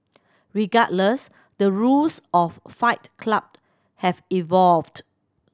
regardless the rules of Fight Club have evolved